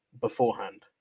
beforehand